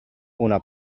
una